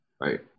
Right